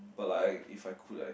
but like if I could like